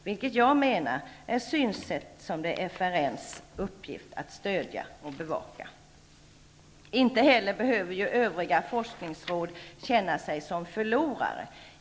Det menar jag är ett synsätt som det är FRN:s uppgift att stödja och bevaka. Inte heller behöver övriga forskningsråd känna sig som förlorare.